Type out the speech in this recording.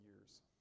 years